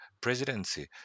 presidency